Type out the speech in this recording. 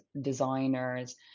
designers